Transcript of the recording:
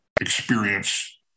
experience